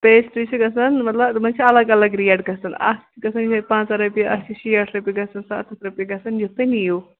pastry چھِ گژھان مطلب تِمَن چھِ الگ الگ ریٹ گژھان اَکھ چھِ گژھان یِہَے پَنٛژاہ رۄپیہِ اَکھ چھِ شیٹھ رۄپیہِ گژھان سَتَتھ رۄپیہِ گژھان یُس تُہۍ نِیِو